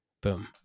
boom